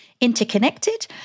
interconnected